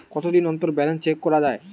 কতদিন অন্তর balance check করা য়ায়?